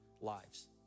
lives